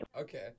Okay